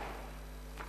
מקלב.